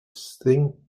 sting